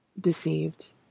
deceived